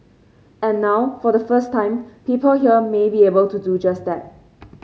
and now for the first time people here may be able to do just that